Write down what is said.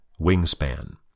Wingspan